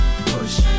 push